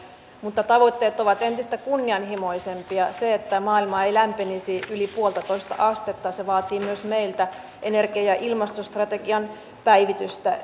mutta tavoitteet ovat entistä kunnianhimoisempia se että maailma ei lämpenisi yli yksi pilkku viisi astetta vaatisi myös meiltä energia ja ilmastostrategian päivitystä